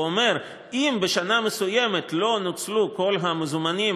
הוא אומר: אם בשנה מסוימת לא נוצלו כל המזומנים